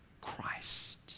Christ